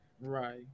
Right